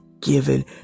given